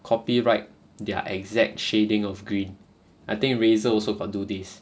copyright their exact shading of green I think razer also got do this